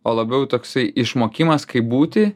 o labiau toksai išmokimas kaip būti